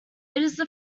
its